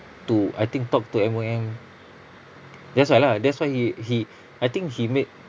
to I think talk to M_O_M that's why lah that's why he he I think he made